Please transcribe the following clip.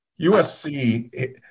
USC –